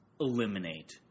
eliminate